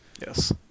Yes